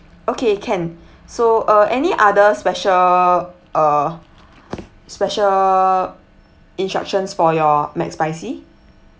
okay can so uh any other special uh special instructions for your mcspicy